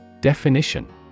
Definition